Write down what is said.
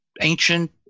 ancient